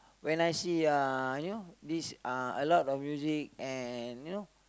when I see uh you know this uh a lot of music and you know